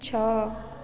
ଛଅ